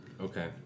Okay